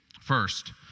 first